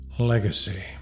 Legacy